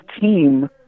team